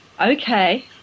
okay